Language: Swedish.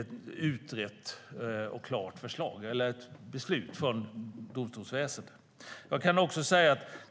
ett utrett och färdigt beslut från domstolsväsendet.